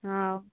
ହଉ